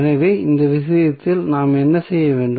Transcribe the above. எனவே அந்த விஷயத்தில் நாம் என்ன செய்ய வேண்டும்